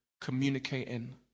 communicating